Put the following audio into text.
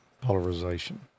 polarization